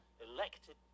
elected